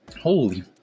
holy